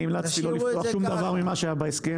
אני המלצתי לא לפתוח שום דבר ממה שהיה בהסכם,